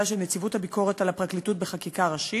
עיגון מעמדה וסמכויותיה של נציבות הביקורת על הפרקליטות בחקיקה ראשית.